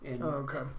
okay